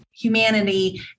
humanity